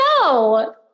no